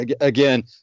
again